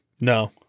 no